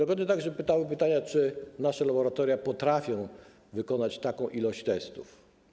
Padały także pytania, czy nasze laboratoria potrafią wykonać taką ilość testów.